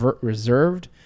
reserved